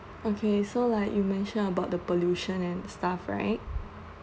okay so like you mentioned about the pollution and stuff right